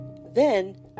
Then